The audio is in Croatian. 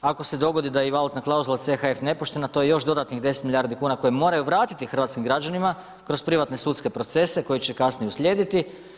Ako se dogodi da je i valutna klauzula CHF nepoštena, to je još dodatnih 10 milijardi kuna koje moraju vratiti hrvatskim građanima, kroz privatne sudske procese, koji će kasnije uslijediti.